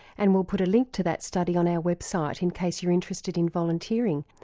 and we'll put a link to that study on our website in case you're interested in volunteering.